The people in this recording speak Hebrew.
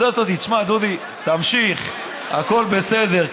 לעודד אותי: שמע, דודי, תמשיך, הכול בסדר.